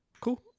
Cool